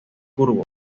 curvo